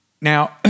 Now